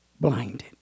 blinded